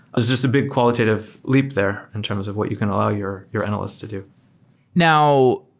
it's just a big qualitative leap there in terms of what you can allow your your analysts to do now,